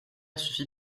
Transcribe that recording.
suffi